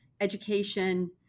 education